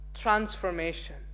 transformation